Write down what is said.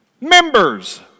members